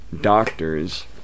doctors